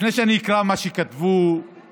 לפני שאני אקרא מה שכתב האוצר,